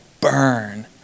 burn